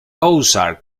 ozark